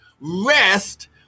Rest